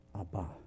Abba